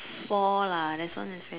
four lah there's one in